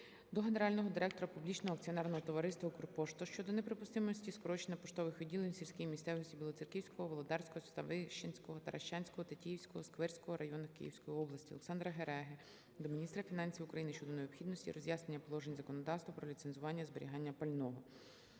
до Генерального директора Публічного акціонерного товариства "Укрпошта" щодо неприпустимості скорочення поштових відділень в сільській місцевості Білоцерківського, Володарського, Ставищенського, Таращанського, Тетіївського, Сквирського районах Київської області. Олександра Гереги до міністра фінансів України щодо необхідності роз'яснення положень законодавства про ліцензування зберігання пального.